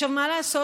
מה לעשות?